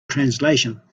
translation